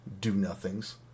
Do-nothings